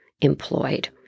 employed